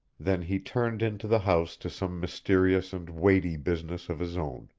then he turned into the house to some mysterious and weighty business of his own.